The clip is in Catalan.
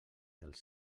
dels